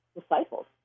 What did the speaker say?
disciples